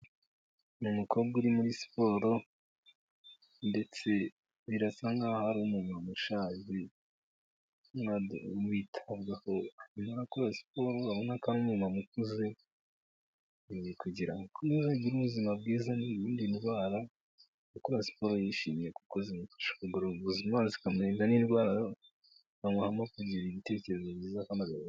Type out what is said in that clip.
Ni umukobwa uri muri siporo ndetse birasa nkaho ari umumama ushaje witabwaho arimo arakora siporo urabona ko ari umumama ukuze kugira ngo akomeza agire ubuzima bwiza yirinda indwara akora siporo yishimiye kuko zimufasha kugororoka indwara zikamurinda n'indwara zikamuha no kugira ibitekerezo byiza